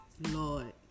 Lord